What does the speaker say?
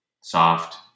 soft